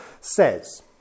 says